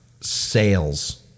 sales